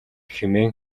хэмээн